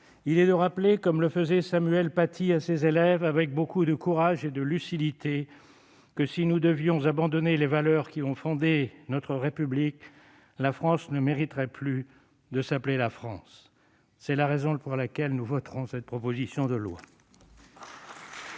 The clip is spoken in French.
Il est de rappeler, comme le faisait Samuel Paty à ses élèves, avec beaucoup de courage et de lucidité, que si nous devions abandonner les valeurs qui ont fondé notre République, la France ne mériterait plus de s'appeler la France. C'est la raison pour laquelle nous voterons cette proposition de loi.